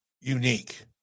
unique